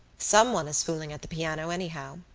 someone is fooling at the piano anyhow,